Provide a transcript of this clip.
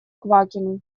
квакину